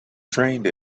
trained